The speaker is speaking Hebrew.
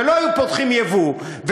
ולא היו פותחים ייבוא,